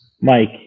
Mike